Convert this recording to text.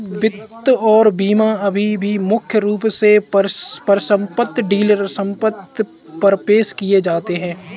वित्त और बीमा अभी भी मुख्य रूप से परिसंपत्ति डीलरशिप पर पेश किए जाते हैं